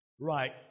Right